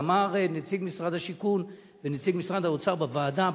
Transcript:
ואמר נציג משרד השיכון ונציג משרד האוצר בוועדה,